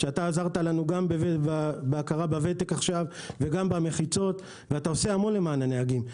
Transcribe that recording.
שעזר לנו גם בהכרה בוותק וגם במחיצות ועושה המון למען הנהגים.